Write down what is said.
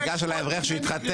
ניגש אליי אברך שהתחתן.